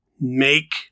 make